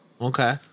Okay